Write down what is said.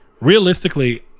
realistically